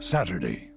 Saturday